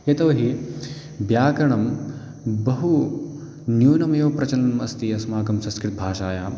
यतो हि व्याकरणं बहु न्यूनम् एव प्रचलनम् अस्ति अस्माकं संस्कृतभाषायाम्